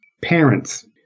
parents